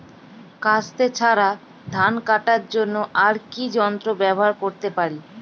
কাস্তে ছাড়া ধান কাটার জন্য আর কি যন্ত্র ব্যবহার করতে পারি?